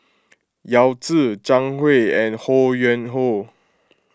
Yao Zi Zhang Hui and Ho Yuen Hoe